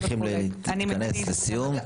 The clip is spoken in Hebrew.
אנחנו צריכים להתכנס לסיום.